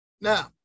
Now